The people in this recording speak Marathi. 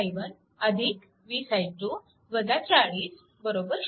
12 i1 20 i2 40 0